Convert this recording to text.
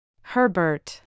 Herbert